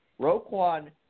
Roquan